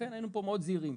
לכן היינו פה מאוד זהירים.